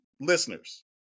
Listeners